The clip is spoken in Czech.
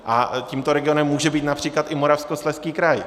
A tímto regionem může být např. i Moravskoslezský kraj.